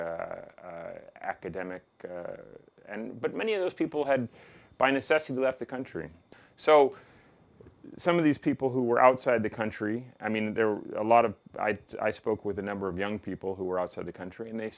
music academic and but many of those people had by necessity left the country so some of these people who were outside the country i mean there were a lot of i spoke with a number of young people who were outside the country and they